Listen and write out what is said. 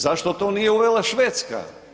Zašto to nije uvela Švedska?